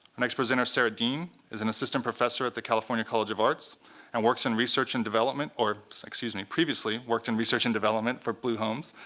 next presenter, sara dean, is an assistant professor at the california college of arts and works in research and development or excuse me, previously worked in research and development for blue homes.